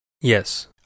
Yes